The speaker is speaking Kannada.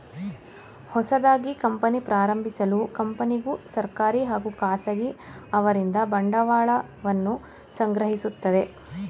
ಹೊಸದಾಗಿ ಕಂಪನಿ ಪ್ರಾರಂಭಿಸಲು ಕಂಪನಿಗೂ ಸರ್ಕಾರಿ ಹಾಗೂ ಖಾಸಗಿ ಅವರಿಂದ ಬಂಡವಾಳವನ್ನು ಸಂಗ್ರಹಿಸುತ್ತದೆ